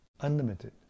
unlimited